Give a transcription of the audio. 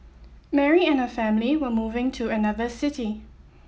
Mary and her family were moving to another city